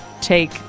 take